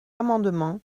amendement